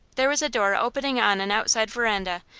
there was a door opening on an outside veranda,